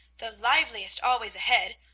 the liveliest always ahead,